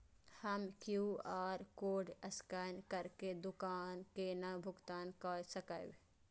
हम QR code scan करके दुकान केना भुगतान काय सकब?